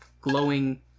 glowing